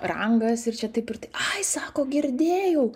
rangas ir čia taip ir tai ai sako girdėjau